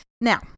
Now